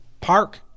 park